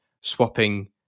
swapping